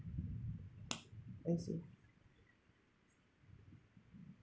I see